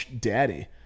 daddy